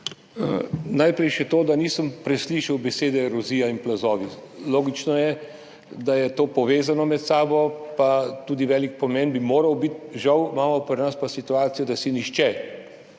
Najprej še to, da nisem preslišal besede erozija in plazovi. Logično je, da je to povezano med sabo, pa tudi to bi moralo imeti velik pomen, žal pa imamo pri nas situacijo, da se nihče